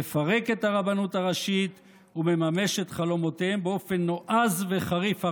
מפרק את הרבנות הראשית ומממש את חלומותיהם באופן נועז וחריף,